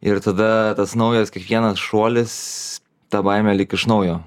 ir tada tas naujas kiekvienas šuolis ta baimė lyg iš naujo